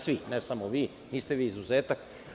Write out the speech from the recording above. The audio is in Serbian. Svi, ne samo vi, niste vi izuzetak.